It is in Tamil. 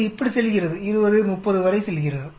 இது இப்படி செல்கிறது20 30 வரை செல்கிறது